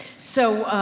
so,